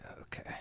okay